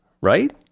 Right